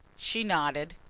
she nodded.